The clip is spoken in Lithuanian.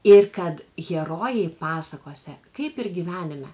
ir kad herojai pasakose kaip ir gyvenime